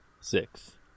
Six